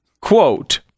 quote